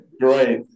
great